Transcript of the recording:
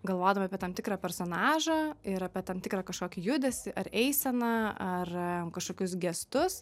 galvodami apie tam tikrą personažą ir apie tam tikrą kažkokį judesį ar eiseną ar kažkokius gestus